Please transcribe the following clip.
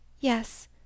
Yes